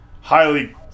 highly